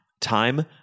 Time